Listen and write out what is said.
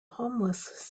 homeless